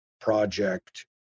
project